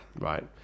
Right